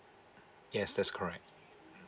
yes that's correct